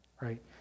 right